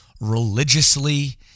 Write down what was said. religiously